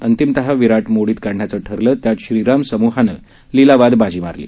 अंतिमतः विराट मोडित काढण्याचं ठरलं त्यात श्रीराम समुहानं लिलावात बाजी मारली